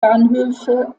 bahnhöfe